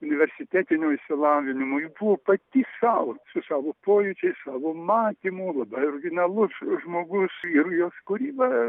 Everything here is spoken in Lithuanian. universitetinio išsilavinimo ji buvo pati sau su savo pojūčiais savo matymu labai originalus žmogus ir jos kūryba